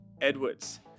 Edwards